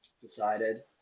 decided